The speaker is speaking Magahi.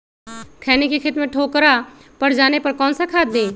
खैनी के खेत में ठोकरा पर जाने पर कौन सा खाद दी?